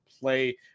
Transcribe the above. play